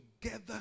together